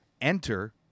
enter